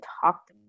talked